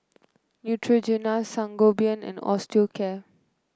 Neutrogena Sangobion and Osteocare